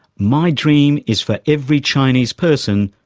my dream is for every chinese person,